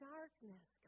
Darkness